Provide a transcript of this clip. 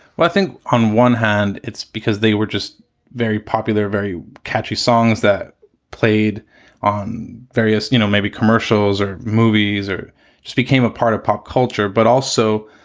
well i think on one hand it's because they were just very popular, very catchy songs that played on various, you know, maybe commercials or movies or just became a part of pop culture. but also,